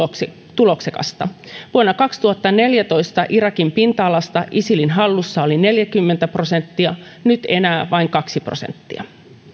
tuloksekasta vuonna kaksituhattaneljätoista irakin pinta alasta isilin hallussa oli neljäkymmentä prosenttia nyt enää vain kaksi prosenttia